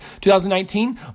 2019